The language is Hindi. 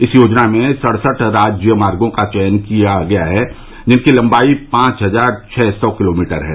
इस योजना में सड़सठ राज्यमार्गो का चयन कर लिया गया है जिनकी लम्बाई पांच हजार छः सौ किलोमीटर है